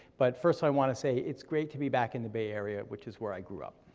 but first i wanna say, it's great to be back in the bay area, which is where i grew up.